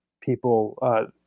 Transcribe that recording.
people